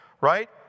right